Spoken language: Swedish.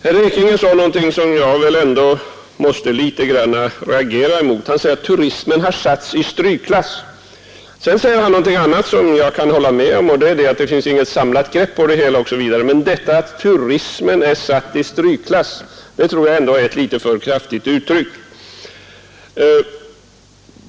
Herr Ekinge sade någonting som jag väl ändå måste litet grand reagera mot. Han sade att turismen har satts i strykklass. Han sade också något som jag kan hålla med om, nämligen att det inte finns något samlat grepp på det hela, men detta att turismen är satt i strykklass tror jag ändå är ett litet för kraftigt uttryck.